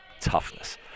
toughness